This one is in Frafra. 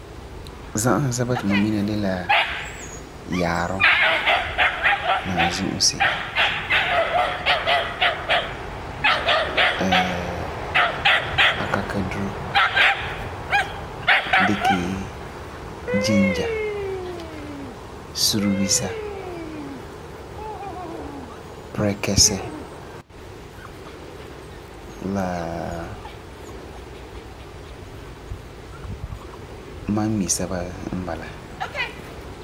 Za'asum sɛba ti ma mina de la yaarum, naazu'usi, akakaduro, dikɛ ginger, suruwisa, pirɛkɛsɛ la mam mi sɛba n bala.